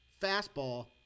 fastball